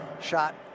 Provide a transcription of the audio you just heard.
shot